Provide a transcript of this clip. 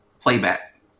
playback